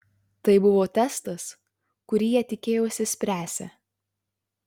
tai buvo testas kurį jie tikėjosi spręsią